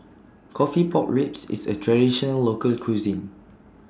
Coffee Pork Ribs IS A Traditional Local Cuisine